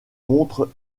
contre